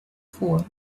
for